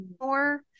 more